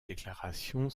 déclaration